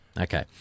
Okay